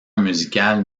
musical